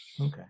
okay